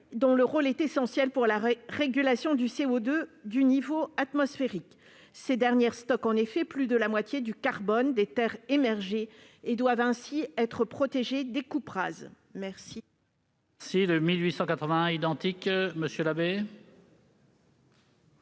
dont le rôle est essentiel pour la régulation du CO2 au niveau atmosphérique. Les forêts, qui stockent plus de la moitié du carbone des terres émergées, doivent donc être protégées des coupes rases. La